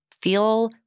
feel